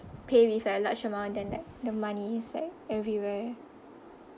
pay with a large amount then like the money is like everywhere